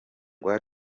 gihugu